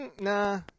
Nah